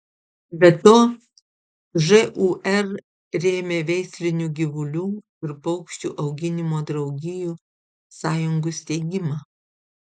be to žūr rėmė veislinių gyvulių ir paukščių auginimo draugijų sąjungų steigimą